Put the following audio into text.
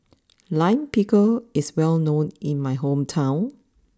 Lime Pickle is well known in my hometown